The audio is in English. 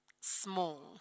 small